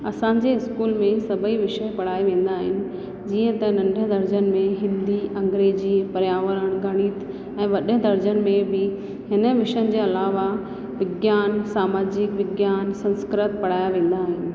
असांजे स्कूल में सभी विषय पढ़ाया वेंदा आहिनि जीअं त नन्ढनि दर्जनि में हिंदी अंग्रेजी पर्यावरण गणित ऐं वॾनि दर्जनि में बि हिन विषयनि जे अलावा विज्ञान सामाजिक विज्ञान संस्कृत पढ़ाया वेंदा आहिनि